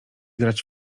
grać